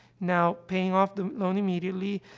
now, paying off the loan immediately,